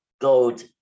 gold